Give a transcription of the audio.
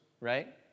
right